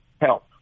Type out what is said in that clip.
help